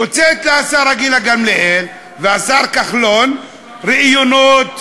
יוצאים השרה גילה גמליאל והשר כחלון לראיונות,